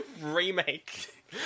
remake